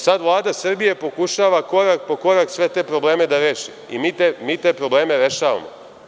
Sad Vlada Srbije pokušava korak po korak sve te probleme da reši i mi te probleme rešavamo.